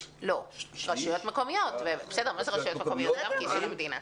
רשויות מקומיות זה גם תקציב של המדינה.